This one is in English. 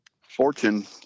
Fortune